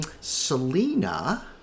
Selena